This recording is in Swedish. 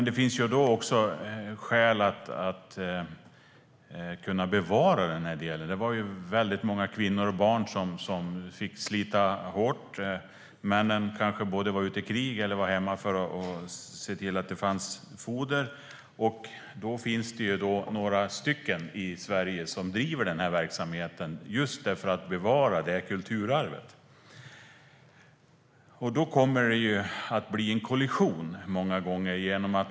Det finns skäl att kunna bevara detta. Väldigt många kvinnor och barn fick slita hårt. Männen kanske var ute i krig eller var hemma och såg till att det fanns foder. I Sverige finns det några som bedriver denna verksamhet för att bevara kulturarvet. Många gånger uppstår dock en kollision.